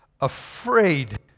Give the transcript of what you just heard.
afraid